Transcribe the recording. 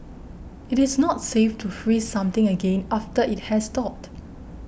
it is not safe to freeze something again after it has thawed